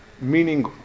meaning